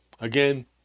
again